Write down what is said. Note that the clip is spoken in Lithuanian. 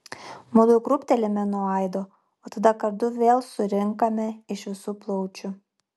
mudu krūptelime nuo aido o tada kartu vėl surinkame iš visų plaučių